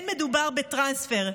לא מדובר בטרנספר.